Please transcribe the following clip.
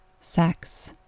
sex